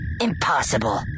Impossible